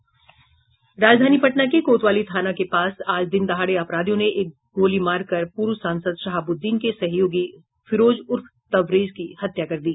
राजधानी पटना के कोतवाली थाना के पास आज दिनदहाड़े अपराधियों ने एक गोली मारकर पूर्व सांसद शहाबुद्दीन के सहयोगी फिरोज उर्फ तबरेज की हत्या कर दी